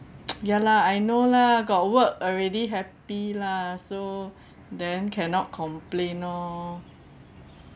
ya lah I know lah got work already happy lah so then cannot complain loh